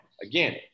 again